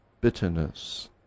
bitterness